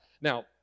Now